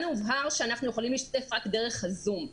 לנו הובהר שאנחנו יכולים להשתתף רק באמצעות הזום.